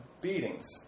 beatings